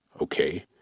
Okay